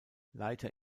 leiter